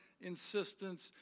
insistence